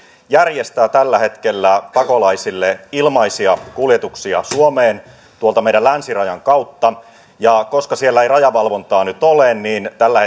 järjestää tällä hetkellä pakolaisille ilmaisia kuljetuksia suomeen tuolta meidän länsirajamme kautta koska siellä ei rajavalvontaa nyt ole niin tällä